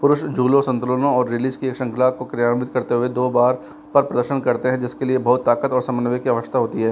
पुरुष झूलों संतुलनों और रिलीज़ की एक श्रृंखला को क्रियान्वित करते हुए दो बार पर प्रश्न करते हैं जिसके लिए बहुत ताकत और समन्वय की आवश्यकता होती है